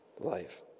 life